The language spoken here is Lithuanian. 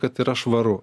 kad yra švaru